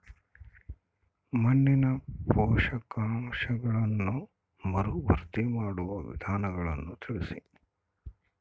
ಮಣ್ಣಿನ ಪೋಷಕಾಂಶಗಳನ್ನು ಮರುಭರ್ತಿ ಮಾಡುವ ವಿಧಾನಗಳನ್ನು ತಿಳಿಸಿ?